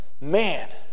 man